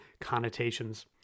connotations